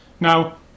now